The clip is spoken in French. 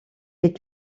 est